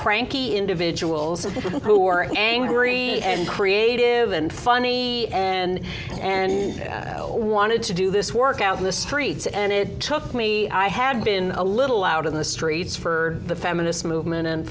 cranky individuals who are angry and creative and funny and and i wanted to do this work out in the streets and it took me i had been a little out in the streets for the feminist movement and